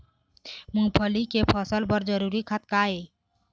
मूंगफली के फसल बर जरूरी खाद का ये?